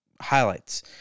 highlights